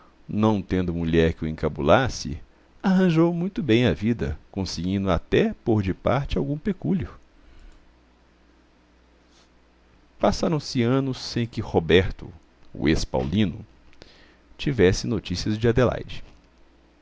não tendo mulher que o encabulasse arranjou muito bem a vida conseguindo até pôr de parte algum pecúlio passaram-se anos sem que roberto o ex paulino tivesse notícias de adelaide